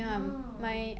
oh